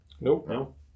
Nope